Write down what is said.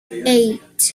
eight